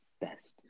Best